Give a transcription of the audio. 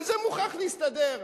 וזה מוכרח להסתדר.